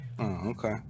okay